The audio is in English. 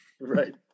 Right